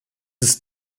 ist